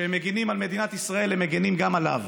כשהם מגינים על מדינת ישראל, הם מגינים גם עליו,